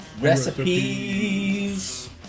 Recipes